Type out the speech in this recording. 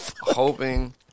hoping